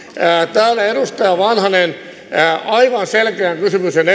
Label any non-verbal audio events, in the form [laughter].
täällä edustaja vanhanen esitti demarioppositiolle aivan selkeän kysymyksen [unintelligible]